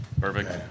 Perfect